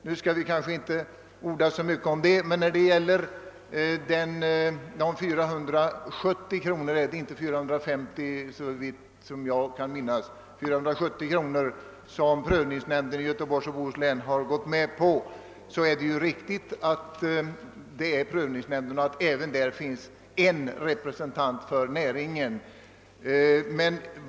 Jag skall kanske inte orda så mycket om detta, men när det gäller de 470 kronorna — inte 450 — som prövningsnämnden i Göteborgs och Bohus län har gått med på så är det riktigt att i prövningsnämnden finns en representant för näringen.